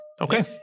okay